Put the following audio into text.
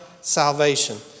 salvation